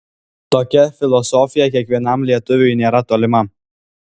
tokia filosofija kiekvienam lietuviui nėra tolima